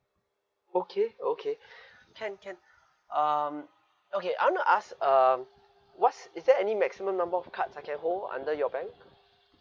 okay oh okay can can um okay I want to ask um what's is there any maximum number of cards I can hold under your bank